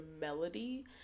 melody